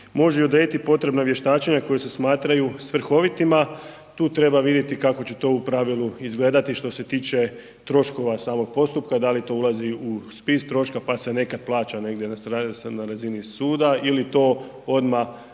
može odrediti potrebna vještačenja koja se smatraju svrhovitima. Tu treba vidjeti kako će to u pravilu izgledati što se tiče troškova samog postupka, da li to ulazi u spis troška pa se neka plaća negdje na razini suda ili to odmah se plaća